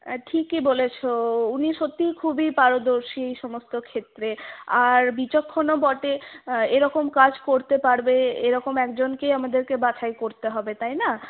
ঠিকই বলেছো উনি সত্যিই খুবই পারদর্শী এইসমস্ত ক্ষেত্রে আর বিচক্ষণও বটে এরকম কাজ করতে পারবে এরকম একজনকেই আমাদের বাছাই করতে হবে তাই না